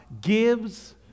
gives